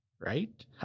right